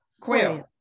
Quail